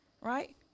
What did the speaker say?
right